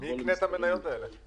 מי יקנה את המניות האלה?